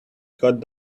got